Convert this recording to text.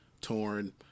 torn